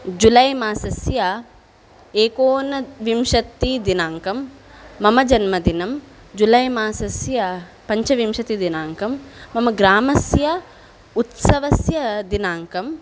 जुलैमासस्य एकोनविंशतिदिनाङ्कं मम जन्मदिनं जुलैमासस्य पञ्चविंशतिदिनाङ्कं मम ग्रामस्य उत्सवस्य दिनाङ्कं